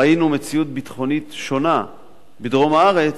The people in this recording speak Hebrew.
ראינו מציאות ביטחונית שונה בדרום הארץ,